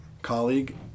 Colleague